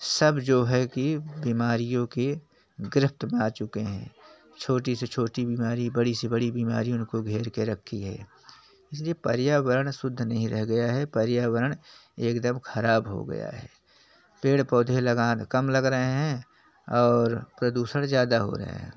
सब जो हैं कि बीमारियों की गिरफ्त में आ चुके हैं छोटी से छोटी बीमारी बड़ी से बड़ी बीमारी उनको घेर कर रखी है इसलिए पर्यावरण शुद्ध नहीं रह गया है पर्यावरण एकदम खराब हो गया है पेड़ पौधे लगान कम लग रहे हैं और प्रदूषण ज्यादा हो रहे हैं